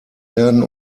werden